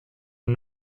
are